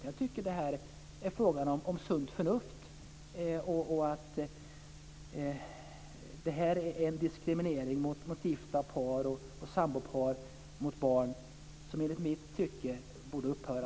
Jag tycker att detta är fråga om sunt förnuft. Detta är en diskriminering mot gifta par, mot sambopar och mot barn som enligt mitt tycke snarast borde upphöra.